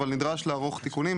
אבל נדרש לערוך תיקונים,